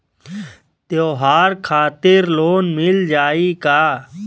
त्योहार खातिर लोन मिल जाई का?